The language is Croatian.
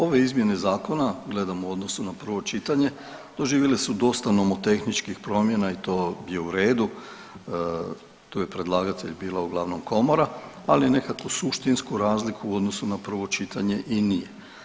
Ovaj, ove izmjene zakona, gledam u odnosu na prvo čitanje, doživjele su dosta nomotehničkih promjena i to je u redu, tu je predlagatelj bila uglavnom komora, ali nekakvu suštinsku razliku u odnosu na prvo čitanje i nije.